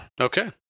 Okay